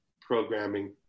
programming